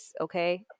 Okay